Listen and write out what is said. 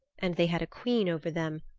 and they had a queen over them,